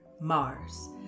Mars